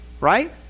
right